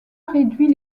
réduit